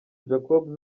jacob